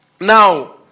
Now